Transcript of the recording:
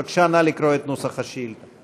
בבקשה, נא לקרוא את נוסח השאילתה.